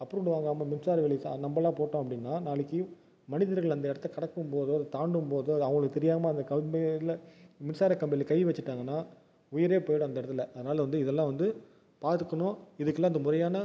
approved வாங்காமல் மின்சாரவேலிய சா நம்மளா போட்டோம் அப்படின்னா நாளைக்கு மனிதர்கள் அந்த எடுத்த கடக்கும்போதோ அதை தாண்டும்போதோ அது அவங்களுக்கு தெரியாமல் அந்த கம்பியில் மின்சார கம்பியில் கை வச்சுட்டாங்கன்னா உயிரே போயிடும் அந்த இடத்துல அதனால் வந்து இதெல்லாம் வந்து பார்த்துக்கணும் இதுக்கெலாம் இந்த முறையான